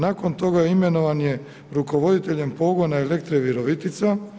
Nakon toga imenovan je rukovoditeljem pogona Elektre Virovitica.